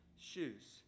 shoes